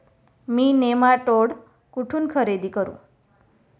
मी nematode कुठून खरेदी करू?